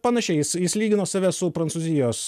panašiais jis jis lygino save su prancūzijos